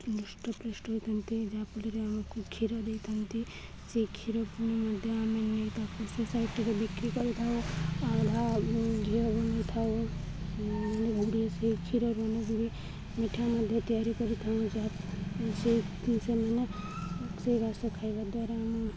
ହୃଷ୍ଟପୃଷ୍ଟ ହୋଇଥାନ୍ତି ଯାହାଫଳରେ ଆମକୁ କ୍ଷୀର ଦେଇଥାନ୍ତି ସେଇ କ୍ଷୀର ପୁଣି ମଧ୍ୟ ଆମେ ତାକୁ ସେ ସାଇଟିରେ ବିକ୍ରି କରିଥାଉ ବନେଇଥାଉ ମାନେ ସେଇ କ୍ଷୀରରୁ ମିଠା ମଧ୍ୟ ତିଆରି କରିଥାଉ ଯାହା ସେ ସେମାନେ ସେଇ ଖାଇବା ଦ୍ୱାରା ଆମ